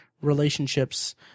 relationships